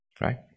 Right